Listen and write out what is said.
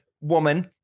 woman